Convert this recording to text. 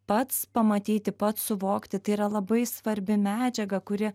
pats pamatyti pats suvokti tai yra labai svarbi medžiaga kuri